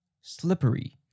slippery